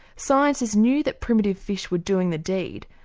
scientists knew that primitive fish were doing the deed,